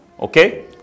Okay